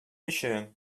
өчен